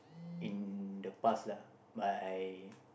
in the past lah but I